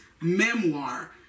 memoir